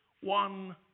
one